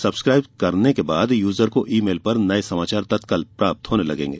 subscribe करने के बाद यूजर को ई मेल पर नये समाचार तत्काल प्राप्त होने लगेंगे